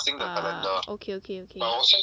ah okay okay okay